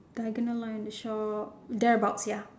diagonal line the shop thereabouts ya